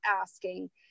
asking